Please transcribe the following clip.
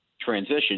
transition